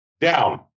Down